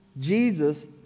Jesus